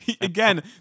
Again